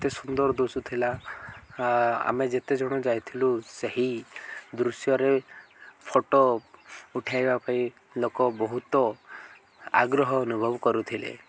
ଏତେ ସୁନ୍ଦର ଦିଶୁଥିଲା ଆମେ ଯେତେ ଜଣ ଯାଇଥିଲୁ ସେହି ଦୃଶ୍ୟରେ ଫଟୋ ଉଠାଇବା ପାଇଁ ଲୋକ ବହୁତ ଆଗ୍ରହ ଅନୁଭବ କରୁଥିଲେ